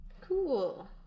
Cool